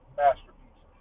masterpiece